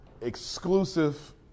Exclusive